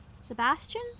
Sebastian